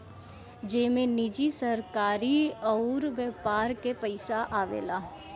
जेमे निजी, सरकारी अउर व्यापार के पइसा आवेला